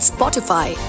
Spotify